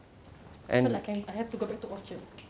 so like can I have to go back to orchard